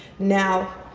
now,